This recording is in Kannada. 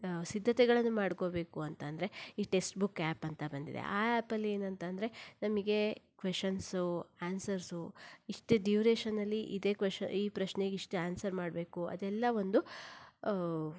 ಸಿದ್ಧತೆಗಳನ್ನು ಮಾಡ್ಕೋಬೇಕು ಅಂತಂದರೆ ಈ ಟೆಸ್ಟ್ಬುಕ್ ಆ್ಯಪ್ ಅಂತ ಬಂದಿದೆ ಆ ಆ್ಯಪಲ್ಲಿ ಏನಂತಂದ್ರೆ ನಮಿಗೆ ಕ್ವಷನ್ಸು ಆನ್ಸರ್ಸು ಇಷ್ಟೇ ಡ್ಯುರೇಶನಲ್ಲಿ ಇದೇ ಕ್ವಷ್ ಈ ಪ್ರಶ್ನೆಗೆ ಇಷ್ಟೇ ಆನ್ಸರ್ ಮಾಡಬೇಕು ಅದೆಲ್ಲ ಒಂದು